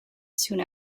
soon